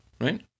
right